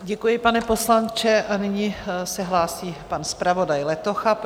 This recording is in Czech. Děkuji, pane poslanče, a nyní se hlásí pan zpravodaj Letocha.